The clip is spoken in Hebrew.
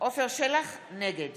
עפר שלח, נגד